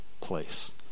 place